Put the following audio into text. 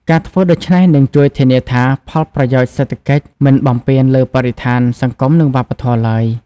ការធ្វើដូច្នេះនឹងជួយធានាថា ផលប្រយោជន៍សេដ្ឋកិច្ចមិនបំពានលើបរិស្ថាន សង្គម និងវប្បធម៌ឡើយ។